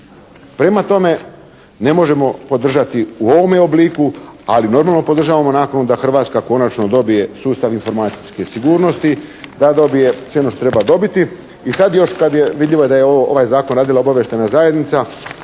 Prema tome, ne možemo podržati u ovome obliku ali normalno podržavamo nakanu da Hrvatska konačno dobije sustav informacijske sigurnosti, da dobije sve ono što treba dobiti. I sad još kad je vidljivo da je ovaj zakon radila obavještajna zajednica